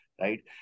Right